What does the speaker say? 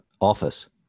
office